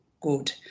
good